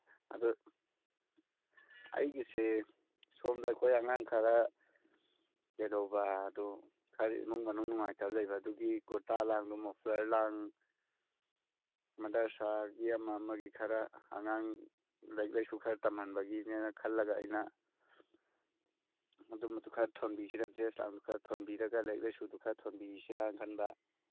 ꯑꯗꯨ ꯑꯩꯒꯤꯁꯦ ꯁꯣꯝꯗ ꯑꯩꯈꯣꯏ ꯑꯉꯥꯡ ꯈꯔ ꯀꯩꯗꯧꯕ ꯑꯗꯨ ꯈꯔ ꯏꯃꯨꯡ ꯃꯅꯨꯡ ꯅꯨꯡꯉꯥꯏꯇꯕ ꯂꯩꯕ ꯑꯗꯨꯒꯤ ꯀꯨꯔꯇꯥ ꯂꯥꯡꯗꯣ ꯃꯐ꯭ꯂꯔ ꯂꯥꯡ ꯃꯗ꯭ꯔꯥꯁꯥꯒꯤ ꯑꯃ ꯑꯃꯒꯤ ꯈꯔ ꯑꯉꯥꯡ ꯂꯥꯏꯔꯤꯛ ꯂꯥꯏꯁꯨ ꯈꯔ ꯇꯝꯍꯟꯕꯒꯤꯅꯦꯅ ꯈꯜꯂꯒ ꯑꯩꯅ ꯑꯗꯨꯝꯕꯗꯨ ꯈꯔ ꯊꯣꯟꯕꯤꯁꯤꯔ ꯗ꯭ꯔꯦꯁ ꯂꯥꯡꯗꯨ ꯈꯔ ꯊꯣꯟꯕꯤꯔꯒ ꯂꯥꯏꯔꯤꯛ ꯂꯥꯏꯁꯨꯗꯨ ꯈꯔ ꯊꯣꯟꯕꯤꯁꯤꯔꯅ ꯈꯟꯕ